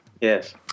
Yes